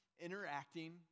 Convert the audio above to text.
interacting